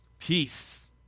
Peace